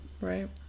Right